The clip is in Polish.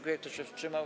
Kto się wstrzymał?